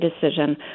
decision